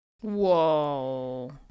Whoa